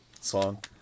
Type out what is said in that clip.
song